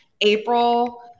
April